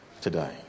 today